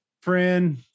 friend